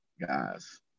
guys